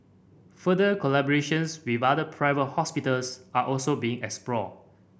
further collaborations with other private hospitals are also being explored